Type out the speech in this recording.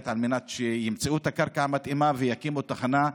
על מנת שימצאו את הקרקע המתאימה ויקימו תחנה.